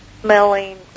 smelling